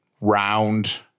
round